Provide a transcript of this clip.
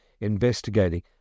investigating